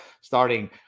starting